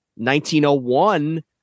1901